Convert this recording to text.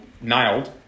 nailed